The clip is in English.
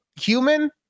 human